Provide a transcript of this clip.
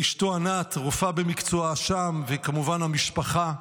אשתו ענת, רופאה במקצועה, שם, וכמובן המשפחה.